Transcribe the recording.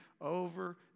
over